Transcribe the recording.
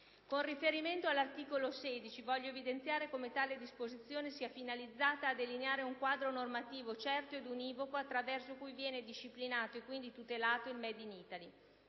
Con riferimento all'articolo 16, voglio evidenziare come tale disposizione sia finalizzata a delineare un quadro normativo certo ed univoco attraverso cui viene disciplinato, e quindi tutelato, il *made in Italy*.